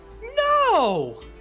No